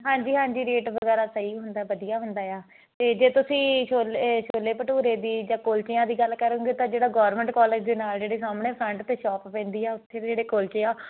ਹਾਂਜੀ ਹਾਂਜੀ ਰੇਟ ਵਗੈਰਾ ਸਹੀ ਹੁੰਦਾ ਵਧੀਆ ਹੁੰਦਾ ਆ ਅਤੇ ਜੇ ਤੁਸੀਂ ਛੋਲੇ ਛੋਲੇ ਭਟੂਰੇ ਦੀ ਜਾਂ ਕੁਲਫੀਆਂ ਦੀ ਗੱਲ ਕਰੋਗੇ ਤਾਂ ਜਿਹੜਾ ਗੌਰਮੈਂਟ ਕੋਲਜ ਦੇ ਨਾਲ ਜਿਹੜੇ ਸਾਹਮਣੇ ਫਰੰਟ 'ਤੇ ਸ਼ੋਪ ਪੈਂਦੀ ਆ ਉੱਥੇ ਦੇ ਜਿਹੜੇ ਕੁਲਚੇ ਆ